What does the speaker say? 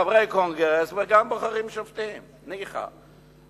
חברי קונגרס, וגם בוחרים שופטים, ניחא.